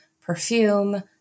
perfume